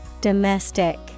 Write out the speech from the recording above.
Domestic